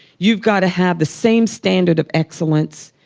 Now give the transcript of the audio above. you've got to have the same standard of excellence,